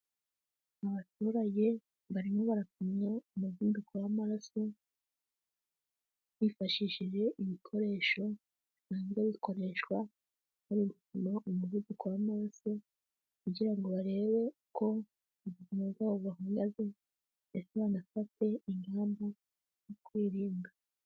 Abaturage barimo barapimwa umuvuduko w'amaraso, bifashishije ibikoresho bisanzwe bikoreshwa bari gupima umuvuduko w'amaso; kugira ngo barebe uko ubuzima bwabo buhagaze ndetse banafate ingamba zo kwirinda.